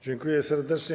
Dziękuję serdecznie.